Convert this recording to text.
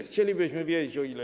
Chcielibyśmy wiedzieć, o ile.